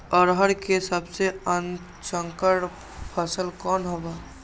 अरहर के सबसे उन्नत संकर फसल कौन हव?